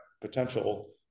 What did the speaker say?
potential